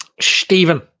Stephen